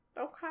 Okay